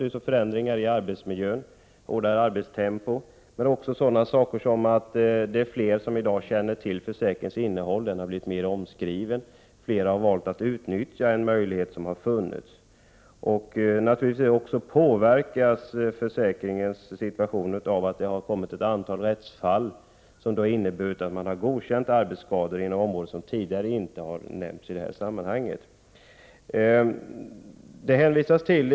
1988/89:25 hårdare arbetstempo. Men också det förhållandet att det i dag är fler som 16 november 1988 känner till arbetsskadeförsäkringens innehåll har nämnts bland orsakerna. Försäkringen har blivit mer omskriven. Fler har valt att utnyttja en möjlighet som funnits. Naturligtvis påverkas också situationen av att det kommit ett antal rättsfall där man godkänt arbetsskador inom områden som tidigare inte varit aktuella i detta sammanhang.